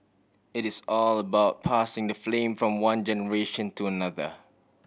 it is all about passing the flame from one generation to another